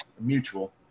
mutual